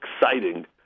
exciting